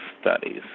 studies